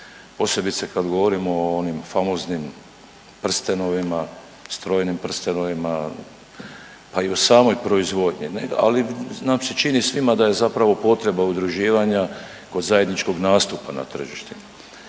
Posebice kad govorimo o onim famoznim prstenovima, strojnim prstenovima, pa i u samoj proizvodnji, ali nam se čini svima da je zapravo potreba udruživanja kod zajedničkog nastupa na tržištu.